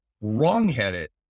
wrongheaded